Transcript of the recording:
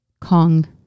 Kong